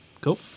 Cool